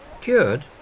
Cured